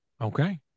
Okay